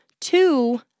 Two